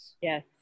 Yes